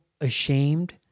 ashamed